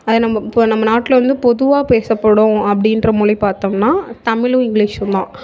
அது நம்ப இப்போ நம்ம நாட்லேருந்து பொதுவாக பேசப்படும் அப்படின்ற மொழி பார்த்தோம்னா தமிழும் இங்கிலீசும் தான்